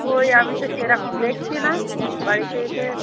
কই আমি তো সেরকম দেখছি না বাড়িতে এসে